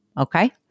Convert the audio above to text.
okay